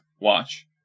watch